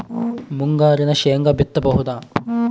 ಮುಂಗಾರಿನಾಗ ಶೇಂಗಾ ಬಿತ್ತಬಹುದಾ?